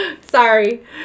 Sorry